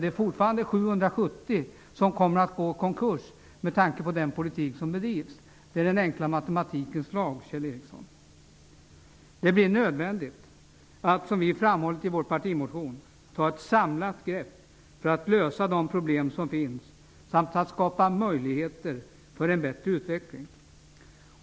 Det är fortfarande 770 som kommer att gå i konkurs med tanke på den politik som bedrivs. Det är enkel matematik, Kjell Det är nödvändigt att, som vi har framhållit i vår partimotion, ta ett samlat grepp för att lösa de problem som finns samt att skapa möjligheter för en bättre utveckling.